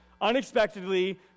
unexpectedly